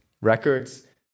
records